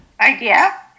idea